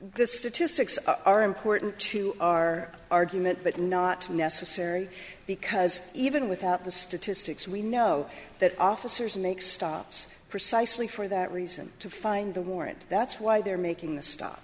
this statistics are important to our argument but not necessary because even without the statistics we know that officers make stops precisely for that reason to find the warrant that's why they're making the stuff